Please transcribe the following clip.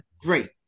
great